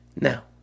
now